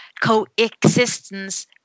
coexistence